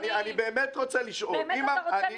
אני באמת רוצה לשאול, אם